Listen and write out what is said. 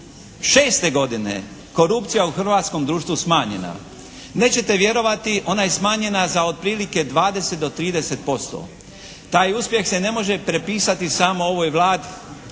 2006. godine korupcija u hrvatskom društvu smanjena. Nećete vjerovati ona je smanjena za otprilike 20 do 30%. Taj uspjeh se ne može prepisati samo ovoj Vladi.